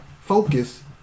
Focus